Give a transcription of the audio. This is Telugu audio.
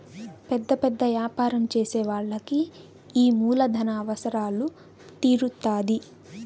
పెద్ద పెద్ద యాపారం చేసే వాళ్ళకి ఈ మూలధన అవసరాలు తీరుత్తాధి